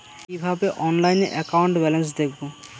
কিভাবে অনলাইনে account balance দেখবো?